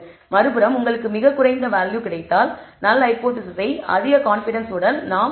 மறுபுறம் உங்களுக்கு மிக குறைந்த வேல்யூ கிடைத்தால் நல் ஹைபோதேசிஸை அதிக கான்ஃபிடன்ஸ் உடன் நாம் நிராகரிக்க வேண்டும்